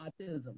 autism